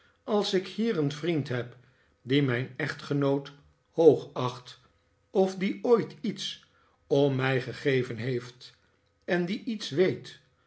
als ik hier een vriend heb die mijn echtgenoot hoogacht of die ooit iets om mij gegeven heeft en die iets weet